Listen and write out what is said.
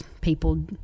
people